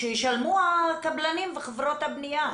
שישלמו הקבלנים וחברות הבנייה.